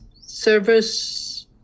service